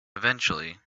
eventually